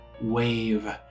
wave